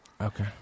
Okay